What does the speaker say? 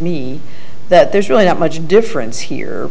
me that there's really not much difference here